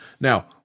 Now